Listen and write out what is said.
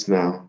now